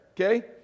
Okay